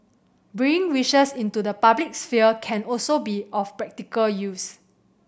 bringing wishes into the public sphere can also be of practical use